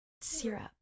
syrup